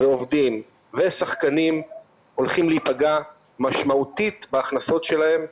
עובדים ושחקנים הולכים להיפגע משמעותית בהכנסות שלהם.